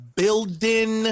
building